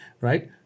right